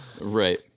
Right